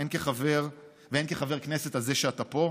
הן כחבר והן כחבר כנסת על זה שאתה פה.